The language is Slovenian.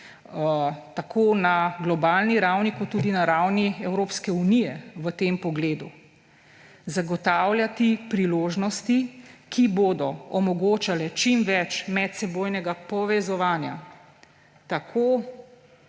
tako na globalni ravni kot tudi na ravni Evropske unije v tem pogledu? Zagotavljati priložnosti, ki bodo omogočale čim več medsebojnega povezovanja tako